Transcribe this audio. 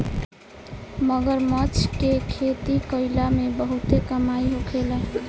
मगरमच्छ के खेती कईला में बहुते कमाई होखेला